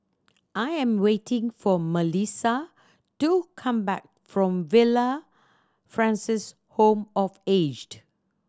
I am waiting for Milissa to come back from Villa Francis Home for The Aged